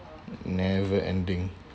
never ending